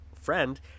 friend